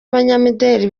abanyamideri